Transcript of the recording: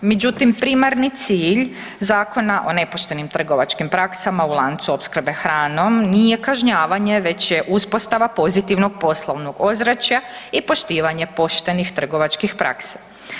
Međutim, primarni cilj Zakona o nepoštenim trgovačkim praksama u lancu opskrbe hranom nije kažnjavanje već je uspostava pozitivnog poslovnog ozračja i poštivanje poštenih trgovačkih praksi.